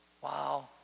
Wow